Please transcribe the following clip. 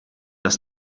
dass